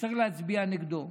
צריך להצביע נגדו,